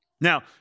Now